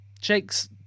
Jake's